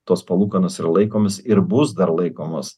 tos palūkanos yra laikomos ir bus dar laikomos